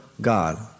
God